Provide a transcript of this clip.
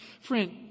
Friend